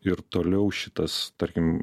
ir toliau šitas tarkim